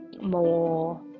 more